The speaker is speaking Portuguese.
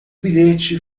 bilhete